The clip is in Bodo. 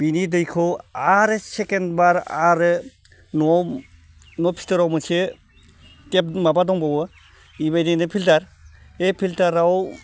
बिनि दैखौ आरो सेकेन्दबार आरो न'आव न' सिङाव मोनसे टेप माबा दंबावो बेबायदिनो फिल्टार बे फिल्टाराव